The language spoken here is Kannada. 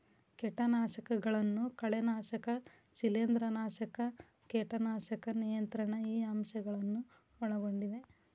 ಕೇಟನಾಶಕಗಳನ್ನು ಕಳೆನಾಶಕ ಶಿಲೇಂಧ್ರನಾಶಕ ಕೇಟನಾಶಕ ನಿಯಂತ್ರಣ ಈ ಅಂಶ ಗಳನ್ನು ಒಳಗೊಂಡಿದೆ